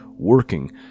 working